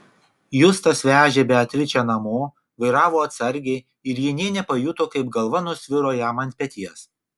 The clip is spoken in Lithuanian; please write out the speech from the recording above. justas vežė beatričę namo vairavo atsargiai ir ji nė nepajuto kaip galva nusviro jam ant peties